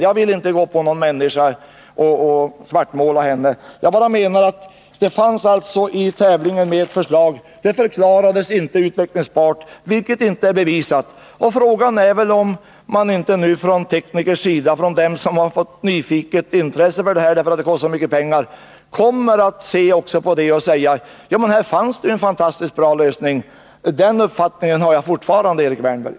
Jag vill inte svartmåla någon människa, utan jag menar att det i tävlingen fanns med ett bra förslag. Det förslaget förklarades emellertid vara icke utvecklingsbart, men detta är inte bevisat. Frågan är väl om nu inte tekniker och de som har fått ett nyfiket intresse för det här förslaget därför att det kostar så mycket pengar också kommer att se på det tidigare förslaget och säga: Men här fanns det ju en fantastiskt bra lösning! Och den uppfattningen har jag fortfarande, Erik Wärnberg.